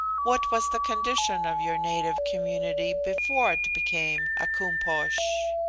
what was the condition of your native community before it became a koom-posh?